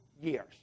years